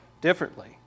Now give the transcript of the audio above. differently